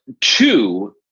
two